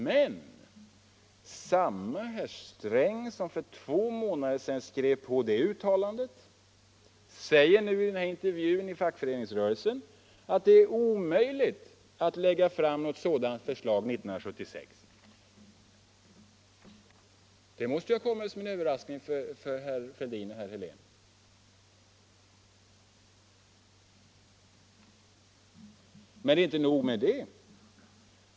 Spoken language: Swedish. Men samme herr Sträng som för två månader sedan skrev på det uttalandet säger nu i intervjun i Fackföreningsrörelsen att det är omöjligt att lägga fram något sådant förslag 1976. Det måste ha kommit som en överraskning för herrar Fälldin och Helén. Men det är inte nog med det.